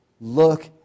Look